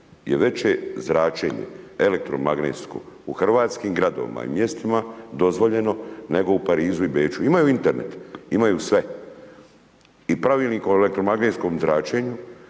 je veće zračenje elektromagnetsko u hrvatskim gradovima i mjestima dozvoljeno nego u Parizu i Beču. Imaju Internet, imaju sve i Pravilnik o elektromagnetskom zračenju